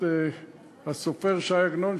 את הסופר ש"י עגנון,